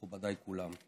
מכובדיי כולם.